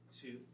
Two